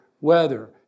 weather